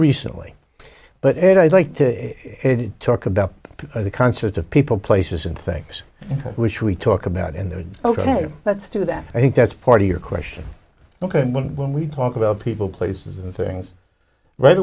recently but i'd like to talk about the concert of people places and things which we talk about in there ok let's do that i think that's part of your question ok when we talk about people places and things right